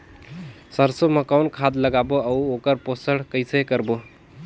सरसो मा कौन खाद लगाबो अउ ओकर पोषण कइसे करबो?